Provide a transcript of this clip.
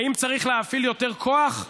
האם צריך להפעיל יותר כוח?